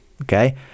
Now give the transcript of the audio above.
okay